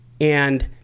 And-